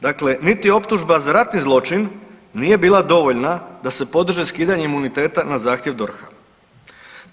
Dakle, niti optužba za ratni zločin nije bila dovoljna da se podrži skidanje imuniteta na zahtjev DORH-a.